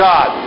God